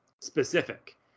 specific